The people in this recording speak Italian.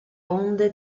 onde